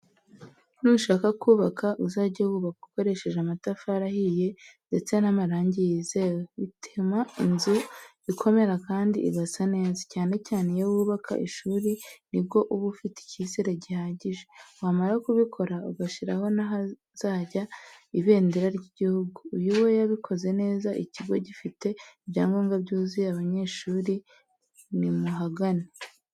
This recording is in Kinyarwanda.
Nushaka kubaka uzage wubaka ukoresheje amatafari ahiye ndetse n'amarangi yizewe, bituma inzu ikomera kandi igasa neza, cyane cyane iyo wubaka ishuri nibwo uba ufite icyizere gihagije, wamara kubikora ugashyiraho n'ahazajya ibendera ry'igihugu. Uyu we yabikoze neza ikigo gifite ibyangombwa byuzuye abanyeshuri nimuhagane.